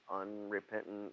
unrepentant